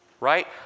Right